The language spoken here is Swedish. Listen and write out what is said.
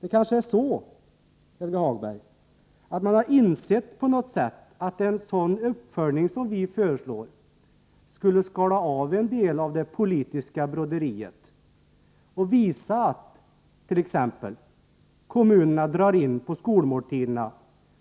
Det kanske är så, Helge Hagberg, att man har insett att en sådan uppföljning som vi föreslår skulle skala bort en del av det politiska broderiet och visa t.ex. att kommunerna drar in på skolmåltiderna,